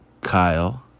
Kyle